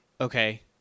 okay